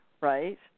right